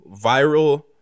viral